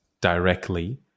directly